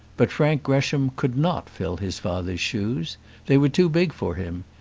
but frank gresham could not fill his father's shoes they were too big for him.